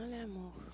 l'amour